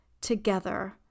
together